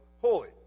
holy